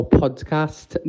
podcast